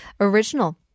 original